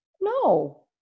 No